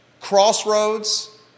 crossroads